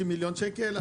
230 מיליון שקלים.